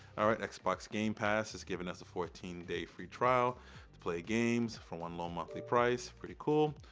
alright, xbox game pass is giving us a fourteen day free trial to play games for one low monthly price pretty cool.